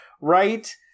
right